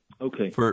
Okay